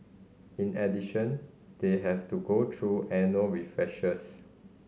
in addition they have to go through annual refreshers